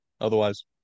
otherwise